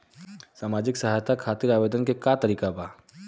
सामाजिक सहायता खातिर आवेदन के का तरीका बा?